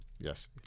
Yes